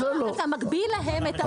קובע כמה הם ירוויחו.